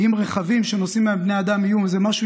אם רכבים שנוסעים בהם בני אדם יהיו משהו